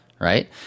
Right